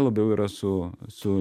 labiau yra su su